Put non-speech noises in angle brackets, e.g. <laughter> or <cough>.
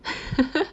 <laughs>